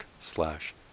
slash